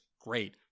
great